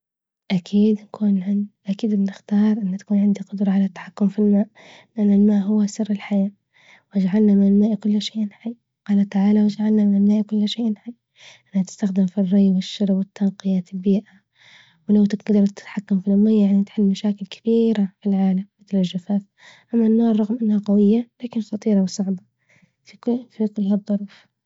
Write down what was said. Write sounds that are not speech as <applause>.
أكيد بكون <hesitation> أكيد بنختار إنه تكون عندي قدرة على التحكم في الماء لإن الماء هو سر الحياة، وجعلنا من الماء كل شيء حي، قال تعالى وجعلنا من الماء كل شيء حي. لإنها تستخدم في الري والشجر، والتنقية في البيئة، ولو تقدر تتحكم في المية يعني تحل مشاكل كثيرة العالم مثل الجفاف، أما النار رغم إنها قوية لكن خطيرة وصعبة، في كل هالظروف.